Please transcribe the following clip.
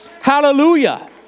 Hallelujah